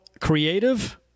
Creative